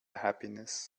happiness